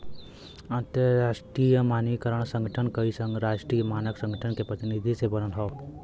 अंतरराष्ट्रीय मानकीकरण संगठन कई राष्ट्रीय मानक संगठन के प्रतिनिधि से बनल हौ